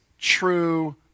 true